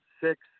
six